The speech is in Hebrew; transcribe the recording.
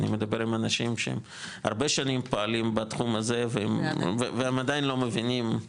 אני מדבר עם אנשים שהם רבה שנים פועלים בתחום הזה והם עדיין לא מבינים,